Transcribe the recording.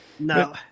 No